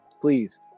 please